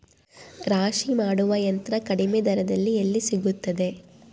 ರಾಶಿ ಮಾಡುವ ಯಂತ್ರ ಕಡಿಮೆ ದರದಲ್ಲಿ ಎಲ್ಲಿ ಸಿಗುತ್ತದೆ?